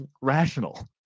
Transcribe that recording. rational